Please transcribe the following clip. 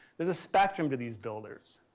there's a spectrum to these builders.